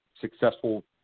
successful